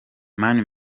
mani